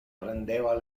prendeva